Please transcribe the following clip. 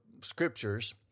scriptures